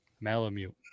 malamute